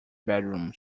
bedroom